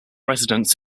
residents